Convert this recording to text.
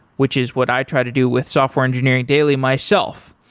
which is what i try to do with software engineering daily myself,